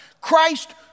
Christ